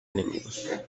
enemigos